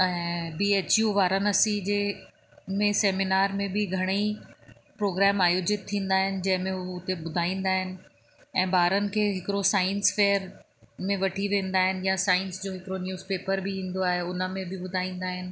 ऐं B H U Varanasi जंहिं में सेमीनार में बि घणेई प्रोग्रेम आयोजित थींदा आहिनि जंहिं में हू हुते ॿुधाईंदा आहिनि ऐं ॿारनि खे हिकिड़ो साइंस फ़ेयर में वठी वेंदा आहिनि या साइंस जो हिकिड़ो न्यूज़ पेपर बि ईंदो आहे हुन में बि ॿुधाईंदा आहिनि